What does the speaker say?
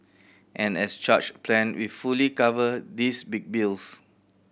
an as charged plan will fully cover these big bills